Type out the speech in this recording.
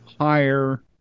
higher